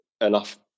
enough